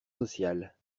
sociales